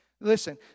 Listen